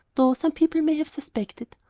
though some people may have suspected.